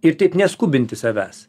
ir taip neskubinti savęs